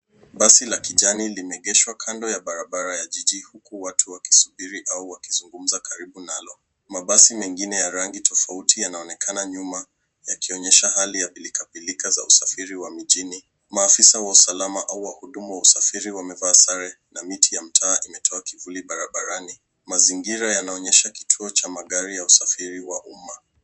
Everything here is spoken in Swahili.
Basi la kijani limeegeshwa kando ya barabara ya jiji, huku watu wakisubiri au wakizungumza karibu nalo. Mabasi mengine ya rangi tofauti yanaonekana nyuma yakionyesha hali ya pilikapilika za usafiri wa mijini. Maafisa wa usalama au wahudumu wa usafiri wamevaa sare na miti ya mtaa imetoa kivuli barabarani. Mazingira yanaonyesha kituo cha magari ya usafiri wa umma.